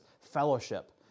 fellowship